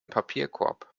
papierkorb